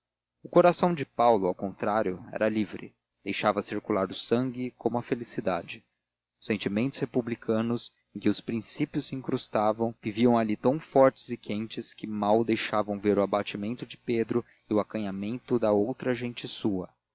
o coração de paulo ao contrário era livre deixava circular o sangue como a felicidade os sentimentos republicanos em que os princípios se incrustavam viviam ali tão fortes e quentes que mal deixavam ver o abatimento de pedro e o acanhamento da outra gente sua